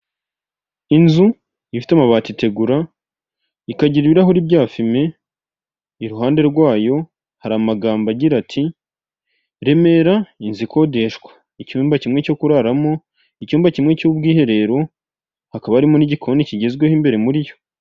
Inzu ifite amabati itegura, ikagira ibirahuri bya fime iruhande rwayo hari amagambo agira; ati Remera inzu ikodeshwa. Icyumba kimwe cyo kuraramo, icyumba kimwe cy'ubwiherero, hakaba harimo n'igikoni kigezweho imbere muri yo.